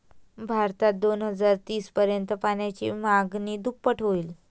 भारतात दोन हजार तीस पर्यंत पाण्याची मागणी दुप्पट होईल